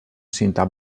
cinta